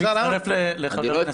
אני מצטרף לחבר הכנסת שטרן.